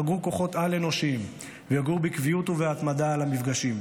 אגרו כוחות על-אנושיים והגיעו בקביעות ובהתמדה למפגשים,